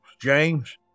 James